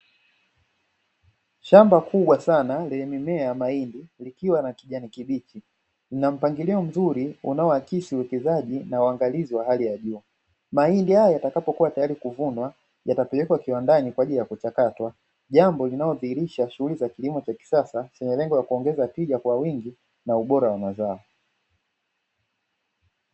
Shamba kubwa sana lenye mimea ya mahindi, likiwa na kijani kibichi. Lina mpangilio mzuri unaoakisi uwekezaji na uangalizi wa hali ya juu. Mahindi hayo yatakapokuwa tayari kuvunwa, yatapelekwa kiwandani kwa ajili ya kuchakatwa, jambo linalodhihirisha shughuli za kilimo cha kisasa, chenye lengo la kuongeza tija kwa wingi, na ubora wa mazao.